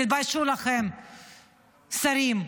תתביישו לכם, שרים.